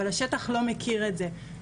אבל השטח לא מכיר את זה.